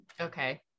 Okay